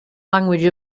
language